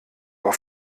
auf